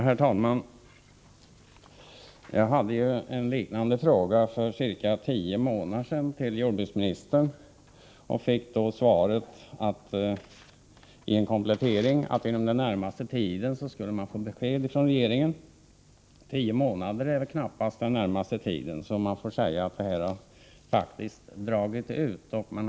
Herr talman! Jag ställde en liknande fråga till jordbruksministern för ca tio månader sedan och fick då i en komplettering svaret att det inom den närmaste tiden skulle komma ett besked från regeringen. Tio månader inryms knappast inom ”den närmaste tiden”, så man får säga att frågan har dragit ut på tiden.